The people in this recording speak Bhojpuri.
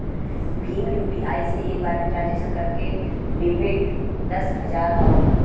भीम यू.पी.आई से एक बार में ट्रांसक्शन करे क लिमिट दस हजार हौ